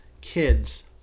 kids